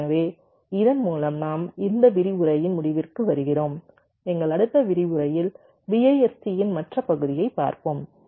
எனவே இதன் மூலம் நாம் இந்த விரிவுரையின் முடிவிற்கு வருகிறோம் எங்கள் அடுத்த விரிவுரையில் BIST இன் மற்ற பகுதியைப் பார்ப்போம்